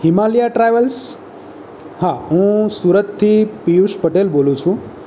Himalaya travels હા હું સુરતથી પિયુષ પટેલ બોલું છું